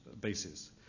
basis